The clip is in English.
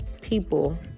people